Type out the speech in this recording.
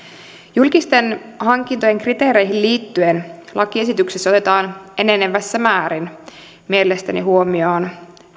julkisten hankintojen kriteereihin liittyen lakiesityksessä otetaan enenevässä määrin mielestäni huomioon